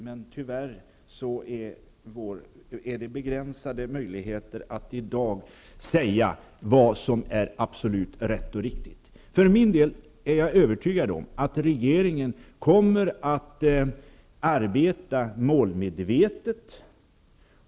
Men tyvärr finns det begränsade möjligheter att i dag säga vad som är absolut rätt och riktigt. För egen del är jag övertygad om att regeringen kommer att arbeta målmedvetet.